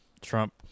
Trump